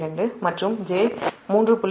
172 மற்றும் j3